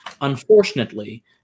unfortunately –